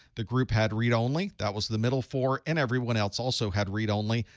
the group had read only. that was the middle four. and everyone else also had read only.